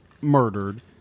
murdered